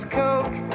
coke